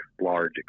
large